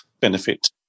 benefit